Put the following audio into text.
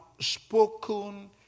spoken